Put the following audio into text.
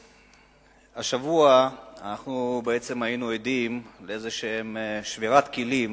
השבוע בעצם היינו עדים לאיזו שבירת כלים